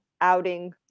outing